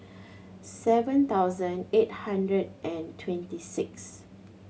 seven thousand eight hundred and twenty sixth